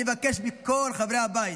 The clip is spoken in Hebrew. אני מבקש מכל חברי הבית,